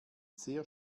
sehr